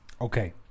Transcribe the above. okay